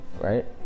right